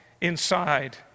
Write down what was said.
inside